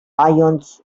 irons